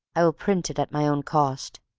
i will print it at my own cost,